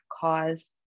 cause